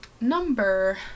number